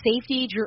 safety